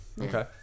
okay